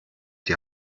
die